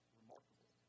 remarkable